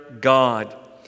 God